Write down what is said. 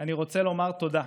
אני רוצה לומר תודה,